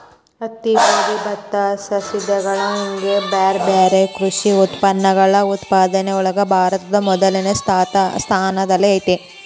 ಹತ್ತಿ, ಗೋಧಿ, ಭತ್ತ, ಸಿರಿಧಾನ್ಯಗಳು ಹಿಂಗ್ ಬ್ಯಾರ್ಬ್ಯಾರೇ ಕೃಷಿ ಉತ್ಪನ್ನಗಳ ಉತ್ಪಾದನೆಯೊಳಗ ಭಾರತ ಮೊದಲ್ನೇ ಸ್ಥಾನದಾಗ ಐತಿ